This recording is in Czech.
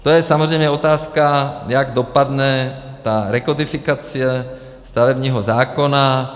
To je samozřejmě otázka, jak dopadne ta rekodifikace stavebního zákona.